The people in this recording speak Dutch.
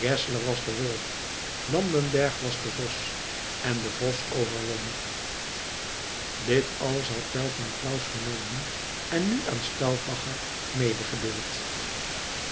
was de wolf landenberg was de vos en de vos overwon dit alles had tell van claus vernomen en nu aan